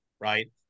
right